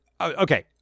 okay